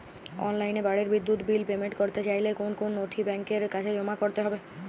অনলাইনে বাড়ির বিদ্যুৎ বিল পেমেন্ট করতে চাইলে কোন কোন নথি ব্যাংকের কাছে জমা করতে হবে?